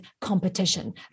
competition